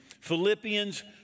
Philippians